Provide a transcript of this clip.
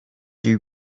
you